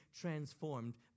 transformed